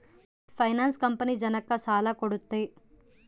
finance company ಜನಕ್ಕ ಸಾಲ ಕೊಡುತ್ತೆ